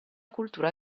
cultura